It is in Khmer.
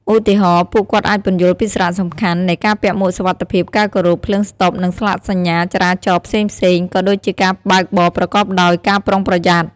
ឧទាហរណ៍ ពួកគាត់អាចពន្យល់ពីសារៈសំខាន់នៃ ការពាក់មួកសុវត្ថិភាព ការគោរព ភ្លើងស្តុប និង ស្លាកសញ្ញាចរាចរណ៍ ផ្សេងៗ ក៏ដូចជាការបើកបរប្រកបដោយការប្រុងប្រយ័ត្ន។